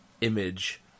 image